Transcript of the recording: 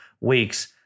weeks